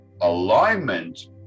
alignment